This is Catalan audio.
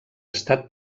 estat